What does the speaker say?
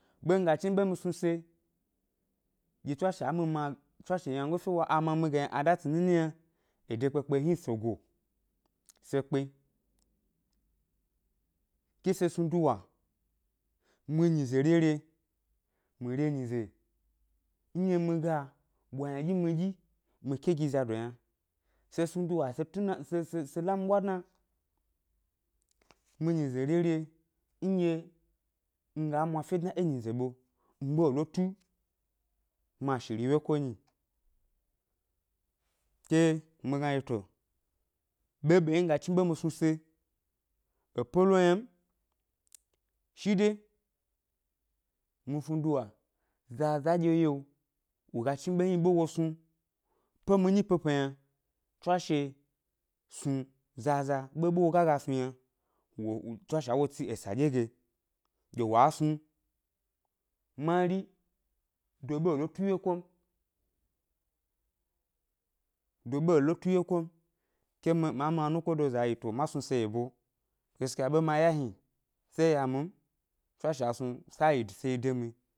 Ɓenɗye nga chniɓe mi snu se, ɗye tswashe a mi ma tswashe wyangofe a ma mi ge a dá tsi nini yna, ede kpekpe hni se go se kpe, ke se snu duwa mi nyize rere, mi re nyize nɗye mi ga ɓwa ynaɗyi, mi ɗyi mi ke gi zado yna, se nu duwa se tuna se se se la mi ɓwa dna, mi nyize rere nɗye mi ga mwa ʻfe dna e nyize be mi ʻɓe è lo tu mi ashiri wyeko m nyi, ke mi gna ɗye to ɓebe yio nɗye mi ga chniɓe mi snu se è pe lo yna m, shide mi snu duwa zaza ɗye yio wo ga chniɓe hni ɓe wo snu pe mi nyi pepe yna, tswashe snu zaza ɓeɓe wo ga ga snu yna, wo u tswashe a wo tsi esa ɗye ge gi wa snu mari, do ɓe è lo tu wyeko m, do ɓe è lo tu wyeko m, ke ma mi anukodoza yi to ma snu se yebo, gaskiya ʻɓe ma ya hni sé ya mi m, tswashe snu sa yi, se yi de mi yi,